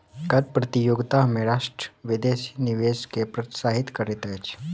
कर प्रतियोगिता में राष्ट्र विदेशी निवेश के प्रोत्साहित करैत अछि